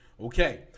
Okay